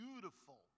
beautiful